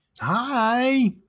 Hi